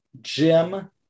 Jim